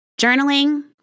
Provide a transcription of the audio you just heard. Journaling